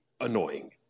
annoying